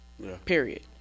Period